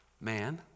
man